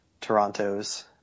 Toronto's